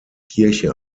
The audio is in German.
kirche